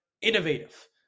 innovative